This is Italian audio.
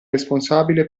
responsabile